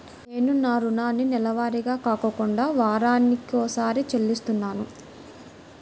నేను నా రుణాన్ని నెలవారీగా కాకుండా వారానికోసారి చెల్లిస్తున్నాను